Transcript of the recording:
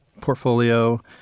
portfolio